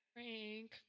Frank